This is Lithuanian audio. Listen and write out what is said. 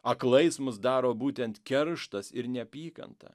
aklais mus daro būtent kerštas ir neapykanta